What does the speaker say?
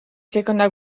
seconda